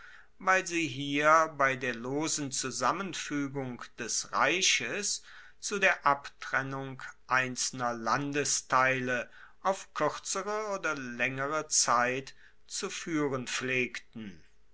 weil sie hier bei der losen zusammenfuegung des reiches zu der abtrennung einzelner landesteile auf kuerzere oder laengere zeit zu fuehren pflegten